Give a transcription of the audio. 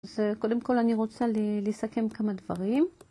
אז קודם כל אני רוצה לסכם כמה דברים.